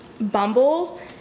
Bumble